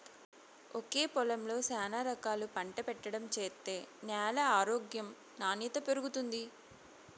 ఒకే పొలంలో శానా రకాలు పంట పెట్టడం చేత్తే న్యాల ఆరోగ్యం నాణ్యత పెరుగుతుంది